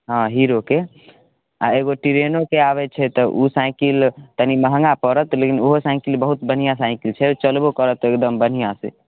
हँ हीरोके आओर एगो टिरेनोके आबै छै तऽ ओ साइकिल कनि महंगा पड़त लेकिन ओहो साइकिल बहुत बढ़िआँ साइकिल छै चलबो करत एकदम बढ़िआँसँ